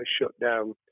shutdown